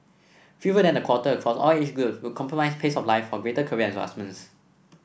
fewer than a quarter across all age groups would compromise pace of life for greater career advancement